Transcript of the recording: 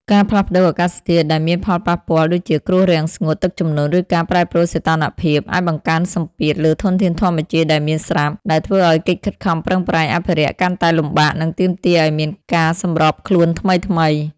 ការផ្លាស់ប្តូរអាកាសធាតុ ដែលមានផលប៉ះពាល់ ដូចជាគ្រោះរាំងស្ងួត ទឹកជំនន់ ឬការប្រែប្រួលសីតុណ្ហភាព អាចបង្កើនសម្ពាធលើធនធានធម្មជាតិដែលមានស្រាប់ ដែលធ្វើឱ្យកិច្ចខិតខំប្រឹងប្រែងអភិរក្សកាន់តែលំបាក និងទាមទារឱ្យមានការសម្របខ្លួនថ្មីៗ។